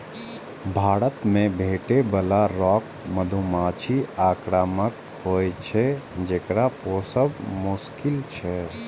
भारत मे भेटै बला रॉक मधुमाछी आक्रामक होइ छै, जेकरा पोसब मोश्किल छै